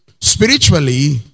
spiritually